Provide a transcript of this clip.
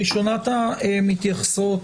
ראשונת המתייחסות,